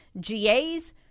GAs